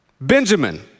Benjamin